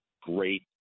great